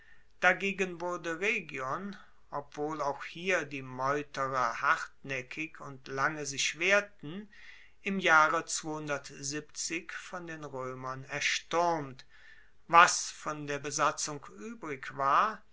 dagegen wurde rhegion obwohl auch hier die meuterer hartnaeckig und lange sich wehrten im jahre von den roemern erstuermt was von der besatzung uebrig war